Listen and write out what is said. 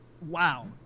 wow